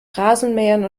rasenmähern